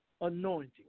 anointing